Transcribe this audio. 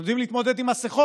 אנחנו יודעים להתמודד עם מסכות,